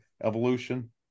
evolution